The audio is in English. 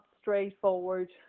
straightforward